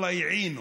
אללה יעינו.